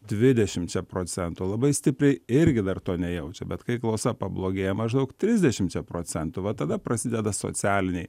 dvidešimčia procentų labai stipriai irgi dar to nejaučia bet kai klausa pablogėja maždaug trisdešimčia procentų va tada prasideda socialiniai